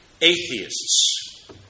atheists